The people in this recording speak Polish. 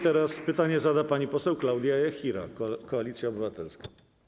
Teraz pytanie zada pani poseł Klaudia Jachira, Koalicja Obywatelska.